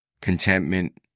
Contentment